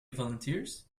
volunteers